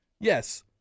yes